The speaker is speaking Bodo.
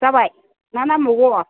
जाबाय मा नांबावगौ